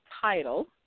title